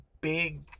big